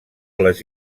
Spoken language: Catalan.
les